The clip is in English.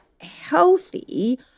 healthy